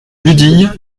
budille